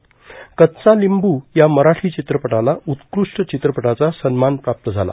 कच्चा लींबू या मराठी चित्रपटाला उत्कृष्ट चित्रपटाचा सन्मान प्राप्त झाला